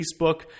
Facebook